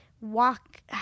walk